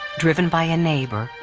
driven by a neighbor,